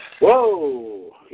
Whoa